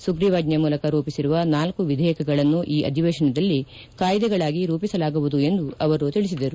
ಸುಗ್ರೀವಾಜ್ಞೆ ಮೂಲಕ ರೂಪಿಸಿರುವ ನಾಲ್ಕು ವಿಧೇಯಕಗಳನ್ನು ಈ ಅಧಿವೇಶನದಲ್ಲಿ ಕಾಯ್ದೆಗಳಾಗಿ ರೂಪಿಸಲಾಗುವುದು ಎಂದು ಅವರು ತಿಳಿಸಿದರು